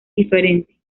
diferente